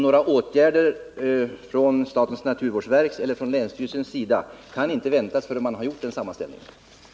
Några åtgärder från statens naturvårdsverk eller från länsstyrelsen kan inte väntas förrän denna sammanställning är klar.